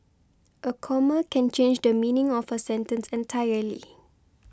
a comma can change the meaning of a sentence entirely